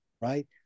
right